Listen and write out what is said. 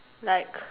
like